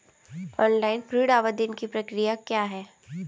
Online ऋण आवेदन की प्रक्रिया क्या है?